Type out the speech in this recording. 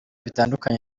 bitandukanye